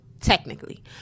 technically